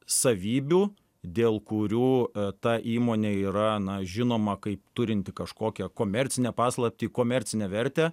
savybių dėl kurių ta įmonė yra na žinoma kaip turinti kažkokią komercinę paslaptį komercinę vertę